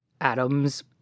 atoms